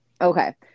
Okay